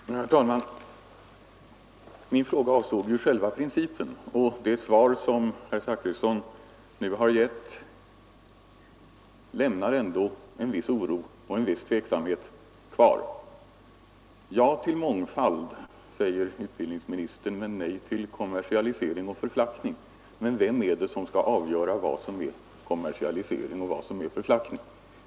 Herr talman! Min fråga avsåg ju själva principen, och det svar som herr Zachrisson nu har givit lämnar ändå en viss oro och tveksamhet kvar. Ja till mångfald säger utbildningsministern, men nej till kommersialisering och förflackning. Men vem är det som skall avgöra vad som är kommersialisering och förflackning?